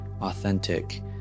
authentic